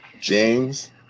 James